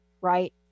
right